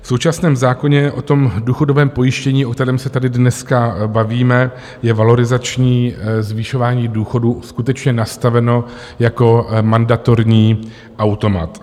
V současném zákoně o důchodovém pojištění, o kterém se tady dneska bavíme, je valorizační zvyšování důchodů skutečně nastaveno jako mandatorní automat.